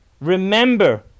remember